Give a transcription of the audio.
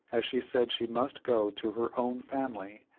as she said she must go to her own family,